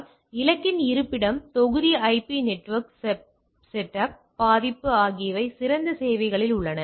எனவே இலக்கின் இருப்பிடம் தொகுதி ஐபி நெட்ஒர்க் செட்டப் பாதிப்பு ஆகியவை திறந்த சேவைகளில் உள்ளன